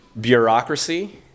bureaucracy